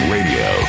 Radio